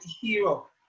hero